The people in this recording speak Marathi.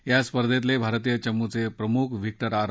या स्पर्धेतले भारतीय चमुचे प्रमुख व्हिक्टर आर